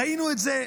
ראינו את זה,